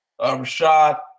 Rashad